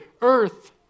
earth